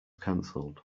cancelled